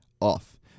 off